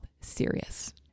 serious